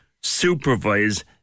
supervise